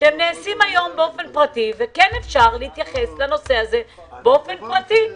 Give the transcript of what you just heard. הם נעשים היום באופן פרטי ואפשר להתייחס לזה באופן פרטי